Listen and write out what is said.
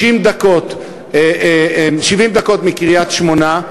70 דקות מקריית-שמונה.